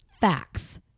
facts